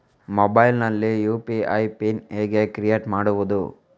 Mobile ನಲ್ಲಿ UPI PIN ಹೇಗೆ create ಮಾಡುವುದು?